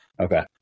Okay